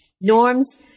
norms